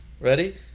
ready